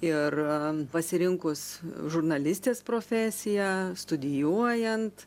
ir pasirinkus žurnalistės profesiją studijuojant